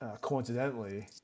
coincidentally